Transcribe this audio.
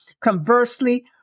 Conversely